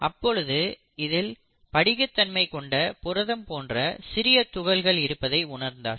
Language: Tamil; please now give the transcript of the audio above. அப்பொழுது இதில் படிகத்தன்மை கொண்ட புரதம் போன்ற சிறிய துகள்கள் இருப்பதை உணர்ந்தார்